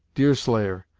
deerslayer,